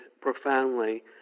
profoundly